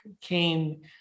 came